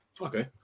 Okay